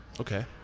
Okay